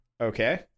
Okay